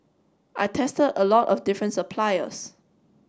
I tested a lot of different suppliers